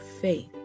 faith